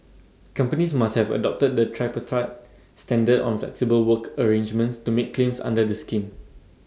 companies must have adopted the tripartite standard on flexible work arrangements to make claims under the scheme